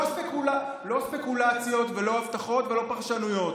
לא ספקולציות ולא הבטחות ולא פרשנויות.